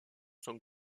sont